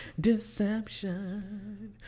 Deception